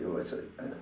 you was a